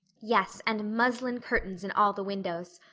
yes, and muslin curtains in all the windows.